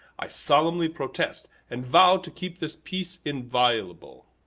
i solemnly protest and vow to keep this peace inviolable!